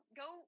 go